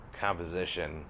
composition